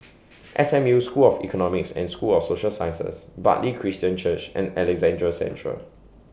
S M U School of Economics and School of Social Sciences Bartley Christian Church and Alexandra Central